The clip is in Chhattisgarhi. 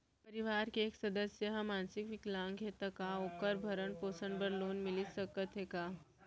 परवार के एक सदस्य हा मानसिक विकलांग हे त का वोकर भरण पोषण बर लोन मिलिस सकथे का?